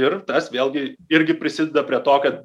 ir tas vėlgi irgi prisideda prie to kad